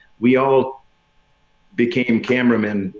we all became cameramen.